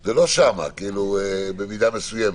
זה לא שם במידה מסוימת,